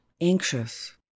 anxious